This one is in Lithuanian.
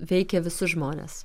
veikia visus žmones